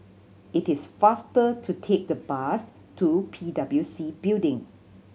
it is faster to take the bus to P W C Building